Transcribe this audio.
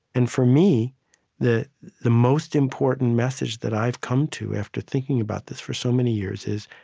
and for me the the most important message that i've come to after thinking about this for so many years is,